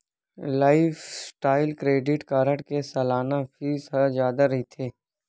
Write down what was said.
lifestyle credit card के सलाना fees ह जादा रहिथे